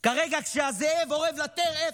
כרגע, כשהזאב אורב לטרף,